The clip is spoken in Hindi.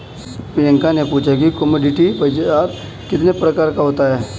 प्रियंका ने पूछा कि कमोडिटी बाजार कितने प्रकार का होता है?